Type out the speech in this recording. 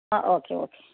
okay okay